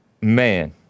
Man